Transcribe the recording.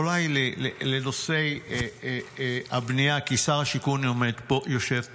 אולי לנושא הבנייה, כי שר השיכון יושב פה.